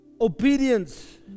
obedience